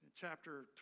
chapter